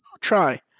try